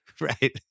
Right